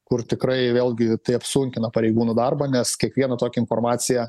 kur tikrai vėlgi tai apsunkina pareigūnų darbą nes kiekvieną tokią informaciją